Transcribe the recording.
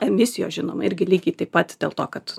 emisijos žinoma irgi lygiai taip pat dėl to kad